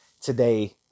today